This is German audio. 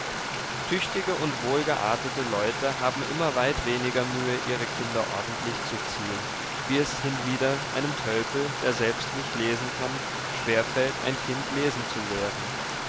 tüchtige und wohlgeartete leute haben immer weit weniger mühe ihre kinder ordentlich zu ziehen wie es hinwieder einem tölpel der selbst nicht lesen kann schwer fällt ein kind lesen zu lehren